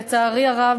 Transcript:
לצערי הרב,